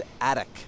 attic